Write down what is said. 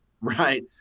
right